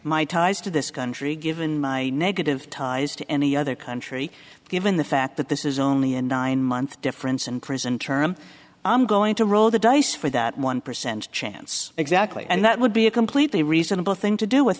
my ties to this country given my negative ties to any other country given the fact that this is only a nine month difference and prison term i'm going to roll the dice for that one percent chance exactly and that would be a completely reasonable thing to do with